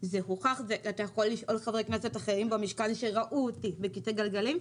יכול לשאול חברי כנסת אחרים במשכן שראו אותי בכיסא גלגלים,